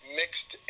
mixed